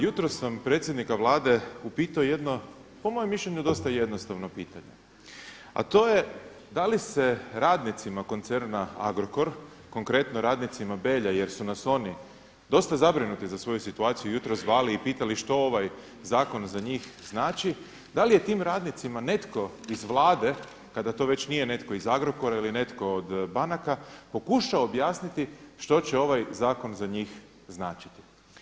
Jutros sam predsjednika Vlade upitao jedno po mojem mišljenju dosta jednostavno pitanje a to je da li se radnicima koncerna Agrokor, konkretno radnicima Belja jer su nas oni, dosta zabrinuti za svoju situaciju jutros zvali i pitali što ovaj zakon za njih znači, da li je tim radnicima netko iz Vlade, kada to već nije netko iz Agrokora ili netko od banaka pokušao objasniti što će ovaj zakon za njih značiti.